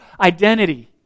identity